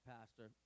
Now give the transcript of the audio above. Pastor